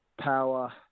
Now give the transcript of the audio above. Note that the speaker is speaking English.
power